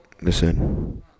listen